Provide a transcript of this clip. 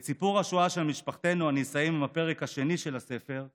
את סיפור השואה של משפחתנו אני אסיים עם הפרק השני של הספר,